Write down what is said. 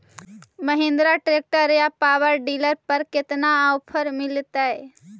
Mahindra tractor या power dealer पर कितना ओफर मीलेतय?